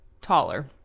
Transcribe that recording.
taller